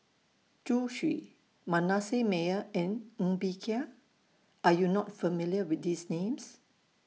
Zhu Xu Manasseh Meyer and Ng Bee Kia Are YOU not familiar with These Names